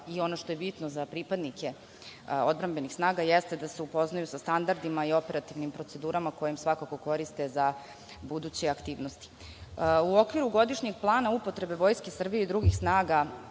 i ono što je bitno za pripadnike odbrambenih snaga jeste da se upoznaju sa standardima i operativnim procedurama koje im, svakako, koriste za buduće aktivnosti.U okviru godišnjeg plana upotrebe Vojske Srbije i drugih snaga